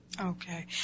Okay